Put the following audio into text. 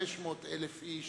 500,000 איש